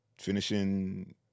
Finishing